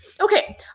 Okay